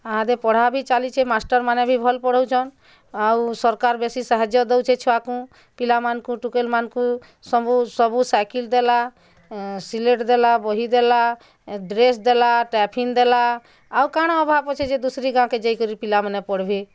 ୟାହାଦେ ପଢ଼ା ଭି ଚାଲିଛେଁ ମାଷ୍ଟର୍ ମାନେ ଭି ଭଲ୍ ପଢ଼ଉଛନ୍ ଆଉ ସରକାର୍ ବେଶି ସାହାଯ୍ୟ ଦଉଛେ ଛୁଆଙ୍କୁ ପିଲା ମାନଙ୍କୁ ଟୁକେଲ୍ ମାନଙ୍କୁ ସବୁ ସବୁ ସାଇକିଲ୍ ଦେଲା ସିଲେଟ୍ ଦେଲା ବହି ଦେଲା ଡ଼୍ରେସ୍ ଦେଲା ଟାଇଫିନ୍ ଦେଲା ଆଉ କାଣା ଅଭାବ୍ ଅଛି ଯେ ଦୁଶରୀ ଗାଁକେ ଯାଇକରି ପିଲାମାନେ ପଢ଼ବେ